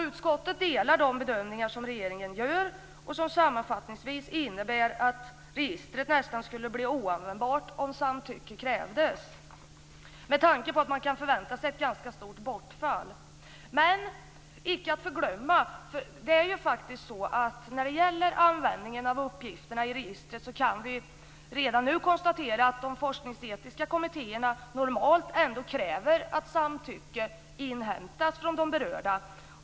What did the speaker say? Utskottet delar regeringens bedömningar, som sammanfattningsvis innebär att registret nästan skulle bli oanvändbart om samtycke krävdes med tanke på att man kan förvänta sig ett ganska stort bortfall. Men, icke att förglömma, det är ju faktiskt så att när det gäller användningen av uppgifterna i registret kan vi redan nu konstatera att de forskningsetiska kommittéerna normalt ändå kräver att samtycke inhämtas från de berörda.